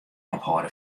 ophâlde